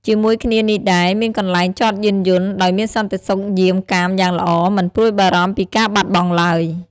ជាមួយគ្នានេះដែរ មានកន្លែងចតយានយន្ត ដោយមានសន្តិសុខយាមកាមយ៉ាងល្អ មិនព្រួយបារម្ភពីការបាត់បង់ឡើយ។